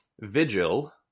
Vigil